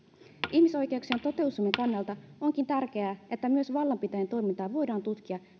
ihmisoikeuksien toteutumisen kannalta onkin tärkeää että myös vallanpitäjien toimintaa voidaan tutkia